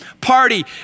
party